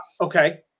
Okay